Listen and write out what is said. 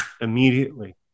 immediately